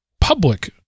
public